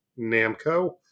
Namco